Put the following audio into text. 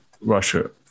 Russia